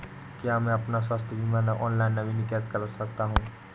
क्या मैं अपना स्वास्थ्य बीमा ऑनलाइन नवीनीकृत कर सकता हूँ?